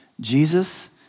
Jesus